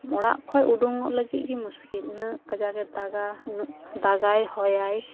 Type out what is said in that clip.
ᱚᱲᱟᱜ ᱠᱷᱚᱡ ᱩᱰᱩᱠᱚᱜ ᱞᱟᱹᱜᱤᱫᱜᱮ ᱢᱩᱥᱠᱤᱞ ᱤᱱᱟᱹᱜ ᱠᱟᱡᱟᱜᱮ ᱫᱟᱜᱟ ᱩᱱᱟᱹᱜ ᱫᱟᱜᱟᱭ ᱦᱚᱭᱟᱭ